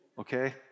okay